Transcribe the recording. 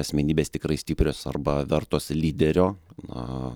asmenybės tikrai stiprios arba vertos lyderio na